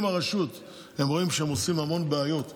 אם הם רואים שהרשות עושה המון בעיות בתחום,